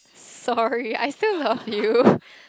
sorry I still love you